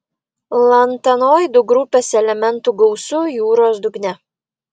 lantanoidų grupės elementų gausu jūros dugne